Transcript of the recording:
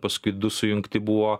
paskui du sujungti buvo